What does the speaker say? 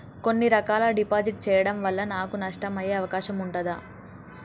కొన్ని రకాల డిపాజిట్ చెయ్యడం వల్ల నాకు నష్టం అయ్యే అవకాశం ఉంటదా?